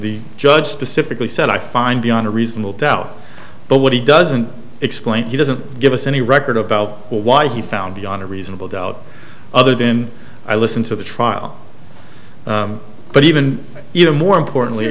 the judge specifically said i find beyond a reasonable doubt but what he doesn't explain he doesn't give us any record about why he found beyond a reasonable doubt other than i listened to the trial but even more importantly